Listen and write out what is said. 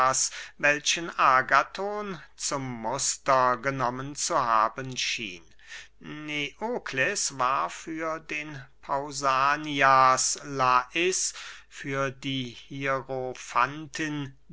welchen agathon zum muster genommen zu haben schien neokles war für den pausanias lais für die